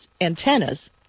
antennas